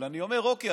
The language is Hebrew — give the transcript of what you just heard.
אבל אני אומר: אוקיי,